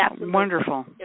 Wonderful